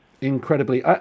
Incredibly